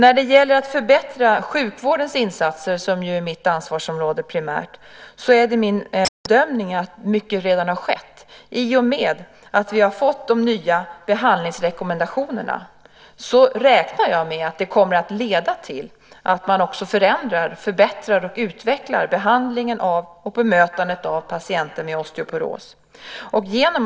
När det gäller att förbättra sjukvårdens insatser, som ju primärt är mitt ansvarsområde, är det min bedömning att mycket redan har skett i och med att vi har fått de nya behandlingsrekommendationerna. Jag räknar med att det kommer att leda till att man också förändrar, förbättrar och utvecklar behandlingen av och bemötandet av patienter med osteoporos.